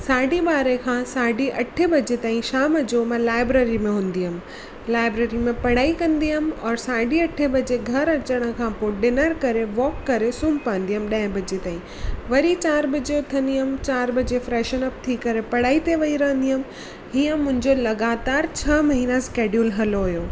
साढी ॿारहे खां साढी अठे बजे ताईं शाम जो मां लाइब्रेरी में हूंदी हुयमि लाइब्रेरी में पढ़ाई कंदी हुयमि ऐं साढी अठे बजे घर अचनि खां पोइ डिनर करे वोक करे सूम्ही पवंदी हुयमि ॾहे बजे ताईं वरी चारि बजे उथंदी हुयमि चारि बजे फ्रैशनअप थी करे पढ़ाई ते वेही रहंदी हुयमि हीअं मुंहिंजे लगातार छह महीना स्कैडयूल हलो हुयो